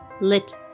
lit